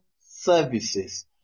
services